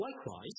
Likewise